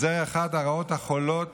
זו אחת הרעות החולות